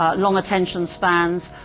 ah long attention spans,